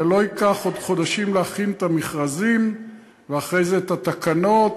זה לא ייקח עוד חודשים להכין את המכרזים ואחרי זה את התקנות,